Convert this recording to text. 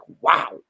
wow